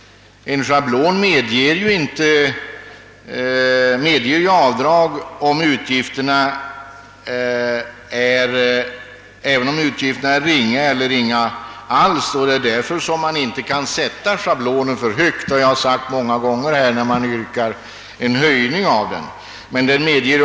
En schablon medger ju avdrag även om utgifterna är ringa eller inga alls, och det är därför man icke kan sätta schablonbeloppet för högt; det har jag framhållit många gånger när man har yrkat på en höjning av sådana belopp.